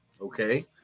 Okay